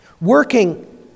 working